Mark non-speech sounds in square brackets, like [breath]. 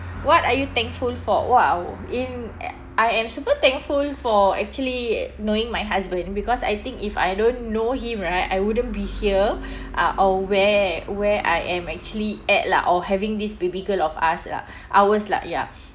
what are you thankful for !wow! in [noise] I am super thankful for actually knowing my husband because I think if I don't know him right I wouldn't be here [breath] uh or where where I am actually at lah or having this baby girl of us lah I was like ya